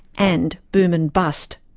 and boom and bust.